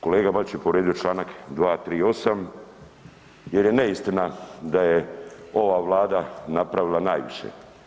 Kolega Bačić je povrijedio Članak 238. jer je neistina da je ova Vlada napravila najviše.